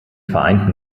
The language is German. vereinten